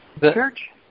church